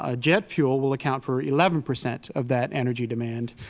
ah jet fuel will account for eleven percent of that energy demand.